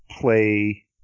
play